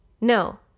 No